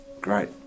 Great